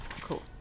Cool